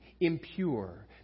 impure